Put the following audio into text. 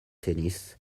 tennis